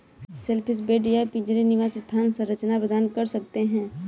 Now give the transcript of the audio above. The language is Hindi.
शेलफिश बेड या पिंजरे निवास स्थान संरचना प्रदान कर सकते हैं